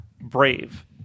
brave